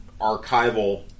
archival